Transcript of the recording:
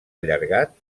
allargat